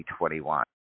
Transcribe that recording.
2021